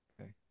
Okay